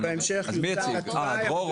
תודה רבה.